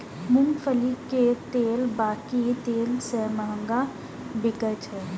मूंगफली के तेल बाकी तेल सं महग बिकाय छै